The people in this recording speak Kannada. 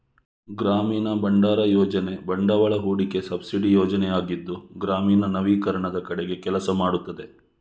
ಗ್ರಾಮೀಣ ಭಂಡಾರ ಯೋಜನೆ ಬಂಡವಾಳ ಹೂಡಿಕೆ ಸಬ್ಸಿಡಿ ಯೋಜನೆಯಾಗಿದ್ದು ಗ್ರಾಮೀಣ ನವೀಕರಣದ ಕಡೆಗೆ ಕೆಲಸ ಮಾಡುತ್ತದೆ